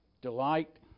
Delight